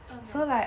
oh my god